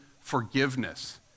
forgiveness